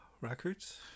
Records